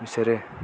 बिसोरो